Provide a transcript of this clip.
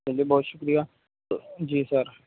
چلیے بہت شکریہ جی سر